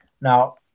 Now